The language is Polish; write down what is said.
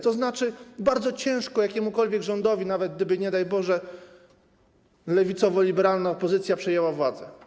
To znaczy, że bardzo ciężko jakiemukolwiek rządowi, nawet gdyby, nie daj Boże, lewicowo-liberalna opozycja przejęła władzę.